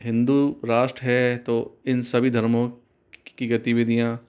हिन्दू राष्ट्र है तो इन सभी धर्मों की गतिविधियाँ